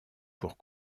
pour